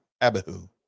Abihu